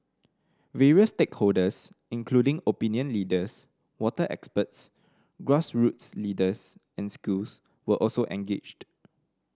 various stakeholders including opinion leaders water experts grassroots leaders and schools were also engaged